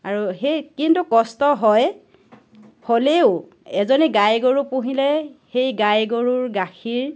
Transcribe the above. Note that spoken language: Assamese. আৰু সেই কিন্তু কষ্ট হয় হ'লেও এজনী গাই গৰু পুহিলে সেই গাই গৰুৰ গাখীৰ